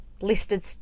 listed